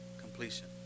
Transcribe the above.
completion